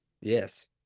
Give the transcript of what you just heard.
Yes